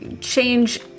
change